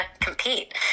compete